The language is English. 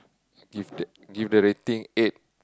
give that give that rating eight